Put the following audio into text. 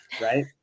right